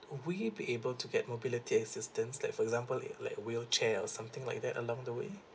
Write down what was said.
would you be able to get mobility assistance like for example it like wheelchair or something like that along the way